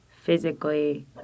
physically